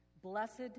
Blessed